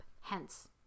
hence